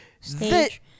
Stage